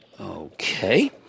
Okay